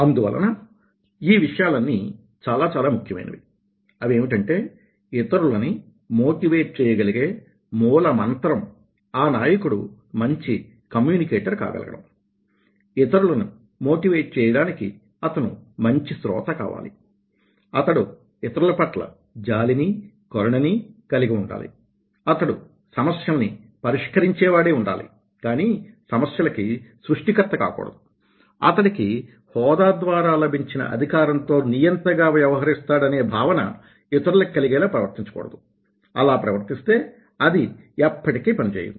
అందువలన ఈ విషయాలన్నీ చాలా చాలా ముఖ్యమైనవి అవేమిటంటే ఇతరులని మోటివేట్ చేయగలిగే మూలమంత్రం ఆ నాయకుడు మంచి కమ్యూనికేటర్ కాగలగడం ఇతరులను మోటివేట్ చేయడానికి అతను మంచి శ్రోత కావాలి అతడు ఇతరుల పట్ల జాలిని కరుణనీ కలిగి ఉండాలి అతడు సమస్యల్ని పరిష్కరించే వాడై ఉండాలి కానీ సమస్యలకి సృష్టికర్త కాకూడదు అతడికి హోదా ద్వారా లభించిన అధికారంతో నియంతగా వ్యవహరిస్తాడనే భావన ఇతరులకి గలిగేలా ప్రవర్తించకూడదు అలా ప్రవర్తిస్తే అది ఎప్పటికీ పని చేయదు